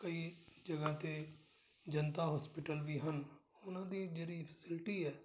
ਕਈ ਜਗ੍ਹਾ 'ਤੇ ਜਨਤਾ ਹੋਸਪਿਟਲ ਵੀ ਹਨ ਉਹਨਾਂ ਦੀ ਜਿਹੜੀ ਫੈਸਿਲਿਟੀ ਹੈ